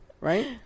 right